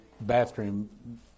bathroom